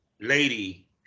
lady